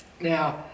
Now